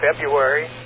February